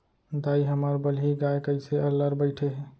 दाई, हमर बलही गाय कइसे अल्लर बइठे हे